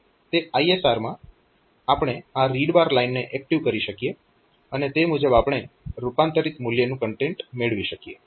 તે ISR માં આપણે આ RD લાઇનને એક્ટીવ કરી શકીએ અને તે મુજબ આપણે આ રૂપાંતરીત મૂલ્યનું કન્ટેન્ટ મેળવી શકીએ